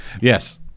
Yes